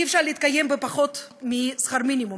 אי-אפשר להתקיים בפחות משכר מינימום,